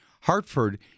Hartford